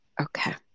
Okay